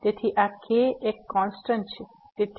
તેથી આ k એક કોન્સન્ટ છે